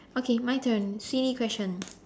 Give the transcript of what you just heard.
okay my turn silly question